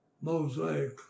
mosaic